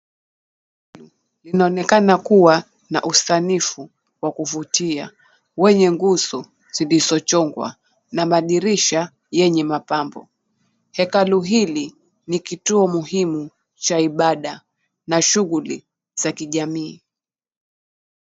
Inaonekana kuwa na usanifu wa kuvutia wenye nguzo zilizochongwa na madirisha yenye mapambo. Hekalu hili ni kituo muhimu cha ibada na shughuli za kijamii.